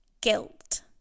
guilt